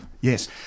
Yes